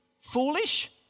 foolish